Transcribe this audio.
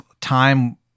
time